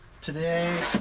today